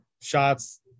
shots